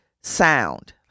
sound